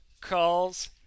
Calls